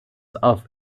auf